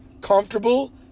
comfortable